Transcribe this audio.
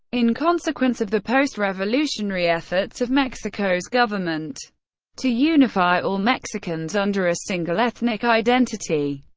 in consequence of the post-revolutionary efforts of mexico's government to unify all mexicans under a single ethnic identity.